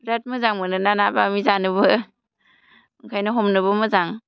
बिराथ मोजां मोनो ना ना बामि जानोबो ओंखायनो हमनोबो मोजां